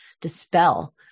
dispel